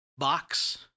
box